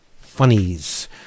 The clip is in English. Funnies